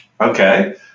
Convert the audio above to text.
Okay